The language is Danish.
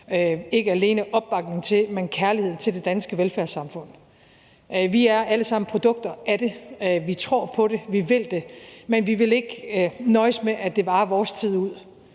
ikke alene vores opbakning til, men også kærlighed til det danske velfærdssamfund. Vi er alle sammen produkter af det. Vi tror på det. Vi vil det, men vi vil ikke nøjes med, at det varer vores tid ud.